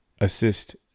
assist